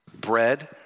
bread